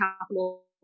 capital